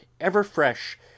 ever-fresh